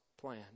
plan